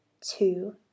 two